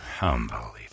Unbelievable